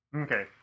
Okay